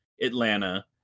Atlanta